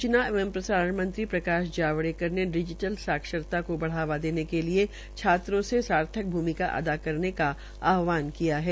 सृचना एवं प्रसारण मंत्री प्रकाश जावड़ेकर ने डिजीटल साक्षरता को बढ़ावा देने के लिये छात्रों से सार्थक भ्रमिका अदा कने का आहवान किया है